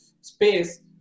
space